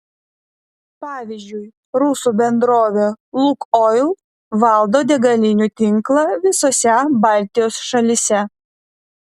pavyzdžiui rusų bendrovė lukoil valdo degalinių tinklą visose baltijos šalyse